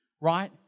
Right